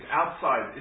outside